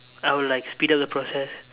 I would like speed up the process